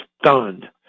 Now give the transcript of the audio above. stunned